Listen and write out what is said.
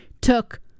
took